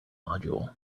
module